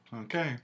Okay